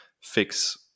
fix